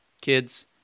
kids